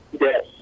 Yes